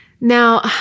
Now